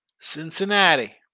Cincinnati